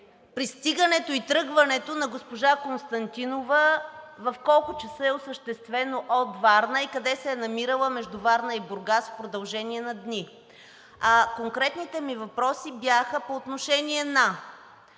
пристигането и тръгването на госпожа Константинова, в колко часа е осъществено от Варна и къде се е намирала между Варна и Бургас в продължение на дни… (реплика от народния представител